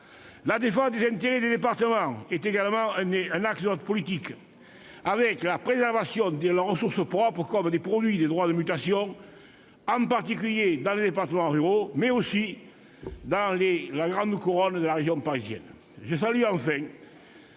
La défense des intérêts des départements est également un axe de notre politique, avec la préservation de leurs ressources propres, comme les produits des droits de mutation, en particulier dans les départements ruraux, mais aussi dans la grande couronne de la région parisienne. Je salue enfin